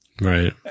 Right